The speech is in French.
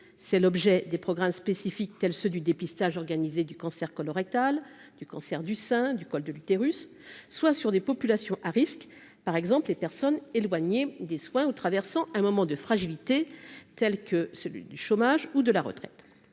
c'est l'objet des programmes spécifiques, tels ceux du dépistage organisé du cancer colorectal du cancer du sein, du col de l'utérus, soit sur des populations à risque, par exemple les personnes éloignées des soins ou traversant un moment de fragilité tels que celui du chômage ou de la retraite,